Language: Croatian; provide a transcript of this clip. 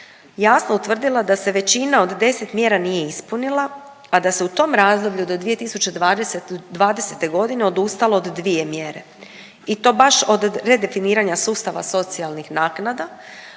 jasno utvrdila da se većina od 10 mjera nije ispunila, a da se u tom razdoblju do 2020.g. odustalo od dvije mjere i to baš od redefiniranja sustava socijalnih naknada,